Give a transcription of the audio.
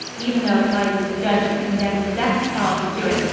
even though applied to the judge who condemned to death charles stuart,